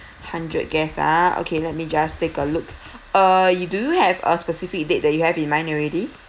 hundred guests ah okay let me just take a look uh do you have a specific date that you have in mind already